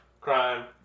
Crime